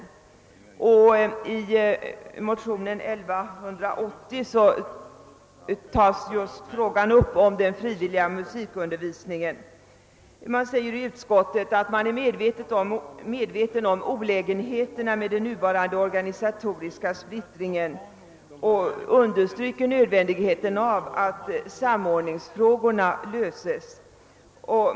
I motion II: 1180 tas just frågan om den frivilliga musikundervisningen upp. Utskottet säger sig vara medvetet om olägenheterna med den nuvarande organisatoriska splittringen och understryker nödvändigheten av att samordningsfrågorna löses.